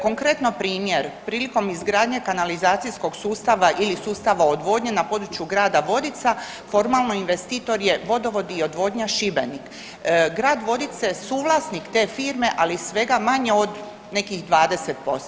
Konkretno primjer, prilikom izgradnje kanalizacijskog sustava ili sustava odvodnje na području grada Vodica formalno investitor je Vodovod i odvodnja Šibenik, grad Vodice je suvlasnik te firme, ali svega manje od nekih 20%